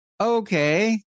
Okay